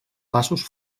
passos